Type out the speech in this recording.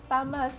Tama